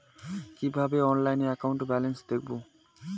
কিভাবে অনলাইনে account balance দেখবো?